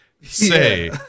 say